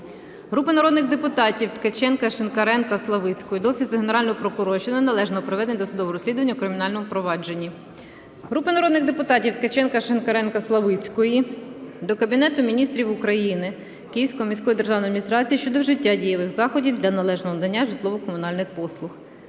Групи народних депутатів (Ткаченка, Шинкаренка, Славицької) до Офісу Генерального прокурора щодо неналежного проведення досудового розслідування у кримінальному провадженні. Групи народних депутатів (Ткаченка, Шинкаренка, Славицької) до Кабінету Міністрів України, Київської міської державної адміністрації щодо вжиття дієвих заходів для належного надання житлово-комунальних послуг.